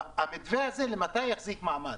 אבל המתווה הזה למתי יחזיק מעמד?